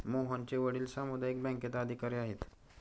मोहनचे वडील सामुदायिक बँकेत अधिकारी आहेत